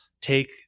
take